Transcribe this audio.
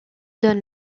donne